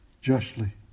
Justly